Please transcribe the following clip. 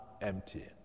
empty